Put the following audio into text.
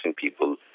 people